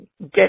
get